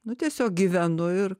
nu tiesiog gyvenu ir